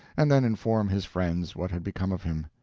and then inform his friends what had become of him.